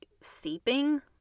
seeping